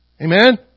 Amen